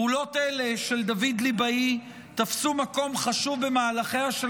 פעולות אלה של דוד ליבאי תפסו מקום חשוב במהלכיה של